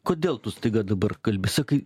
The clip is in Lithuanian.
kodėl tu staiga dabar kalbi sakai